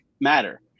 matter